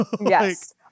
Yes